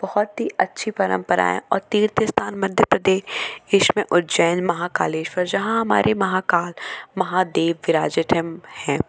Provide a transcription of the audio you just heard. बहुत ही अच्छी परंपराएं और तीर्थ स्थान मध्य प्रदेश इसमें उज्जैन महाकालेश्वर जहाँ हमारे महाकाल महादेव विराजतम हैं